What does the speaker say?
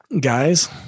guys